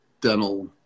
dental